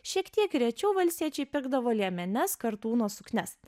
šiek tiek rečiau valstiečiai pirkdavo liemenes kartūno suknias